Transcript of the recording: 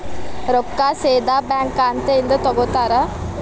ರೊಕ್ಕಾ ಸೇದಾ ಬ್ಯಾಂಕ್ ಖಾತೆಯಿಂದ ತಗೋತಾರಾ?